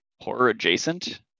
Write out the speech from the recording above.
horror-adjacent